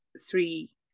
three